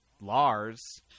Lars